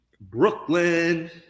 brooklyn